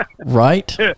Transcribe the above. right